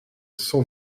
cent